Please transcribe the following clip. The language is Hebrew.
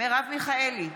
מרב מיכאלי,